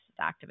activist